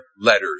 letters